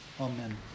Amen